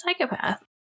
psychopath